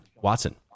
watson